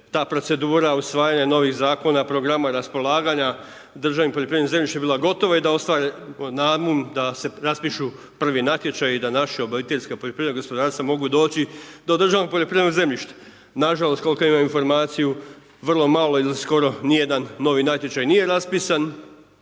ta procedura usvajanje novih zakona i programa raspolaganja državnim poljoprivrednim zemljišta bila gotovo i da ostvare …/Govornik se ne razumije./… da se raspišu prvi natječaji i da naši OPG mogu doći do državnog poljoprivrednog zemljišta. Nažalost, koliko ja imam informaciju, vrlo malo ili skoro ni jedan novi natječaj nije raspisan,